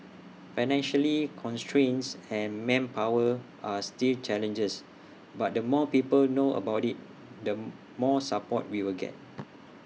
financially constraints and manpower are still challenges but the more people know about IT the more support we will get